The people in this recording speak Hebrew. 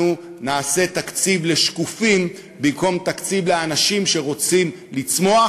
אנחנו נעשה תקציב לשקופים במקום תקציב לאנשים שרוצים לצמוח